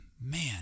man